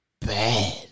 bad